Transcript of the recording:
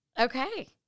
Okay